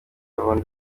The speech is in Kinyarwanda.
gahunda